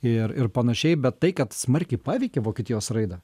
ir ir panašiai bet tai kad smarkiai paveikė vokietijos raidą